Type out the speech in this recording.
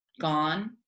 gone